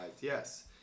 Yes